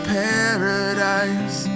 paradise